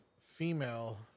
female